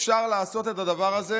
אפשר לעשות את הדבר הזה